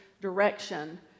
direction